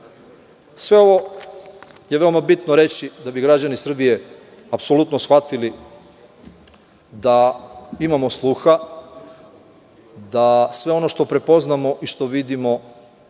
ovo je veoma bitno reći da bi građani Srbije apsolutno shvatili da imamo sluha, da sve ono što prepoznamo i što vidimo